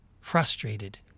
frustrated